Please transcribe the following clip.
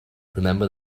remember